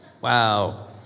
wow